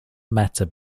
matter